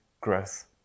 growth